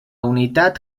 unitat